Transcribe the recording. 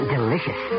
delicious